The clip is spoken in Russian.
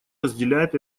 разделяет